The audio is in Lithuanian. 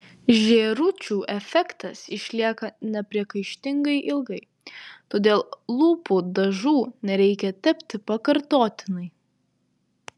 žėručių efektas išlieka nepriekaištingai ilgai todėl lūpų dažų nereikia tepti pakartotinai